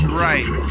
right